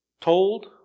told